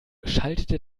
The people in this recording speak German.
schaltete